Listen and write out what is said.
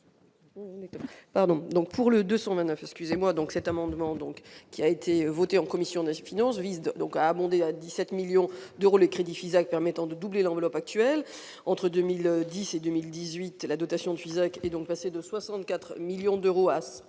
son Anafe excusez-moi donc cet amendement donc qui a été votée en commission de finances vise de donc abondé à 17 millions d'euros les crédits Fisac permettant de doubler l'enveloppe actuelle entre 2010 et 2018 et la dotation de Fisac est donc passée de 64 millions d'euros à